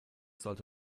sollte